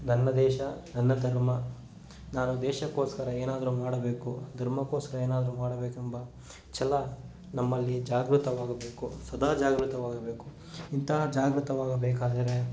ನನ್ನ ದೇಶ ನನ್ನ ಧರ್ಮ ನಾನು ದೇಶಕೋಸ್ಕರ ಏನಾದರೂ ಮಾಡಬೇಕು ಧರ್ಮಕೋಸ್ಕರ ಏನಾದರೂ ಮಾಡಬೇಕೆಂಬ ಛಲ ನಮ್ಮಲ್ಲಿ ಜಾಗೃತವಾಗಬೇಕು ಸದಾ ಜಾಗೃತವಾಗಬೇಕು ಇಂತಹ ಜಾಗೃತವಾಗಬೇಕಾದರೆ